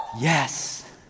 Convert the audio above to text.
Yes